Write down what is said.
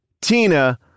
Tina